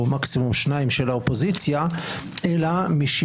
אם נבחר נציג אופוזיציה ואז מפלגתו הצטרפה לקואליציה,